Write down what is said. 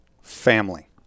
Family